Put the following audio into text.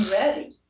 ready